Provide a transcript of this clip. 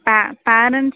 ப பேரெண்ட்ஸ்